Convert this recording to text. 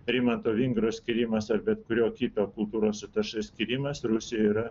rimanto vingro skyrimas ar bet kurio kito kultūros atašė skyrimas rusijoje yra